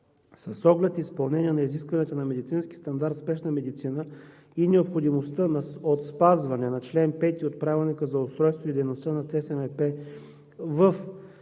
С оглед изпълнение на изискванията на медицински стандарт в спешна медицина и необходимостта от спазване на чл. 5 от Правилника за устройството и дейността на ЦСМП